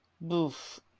Boof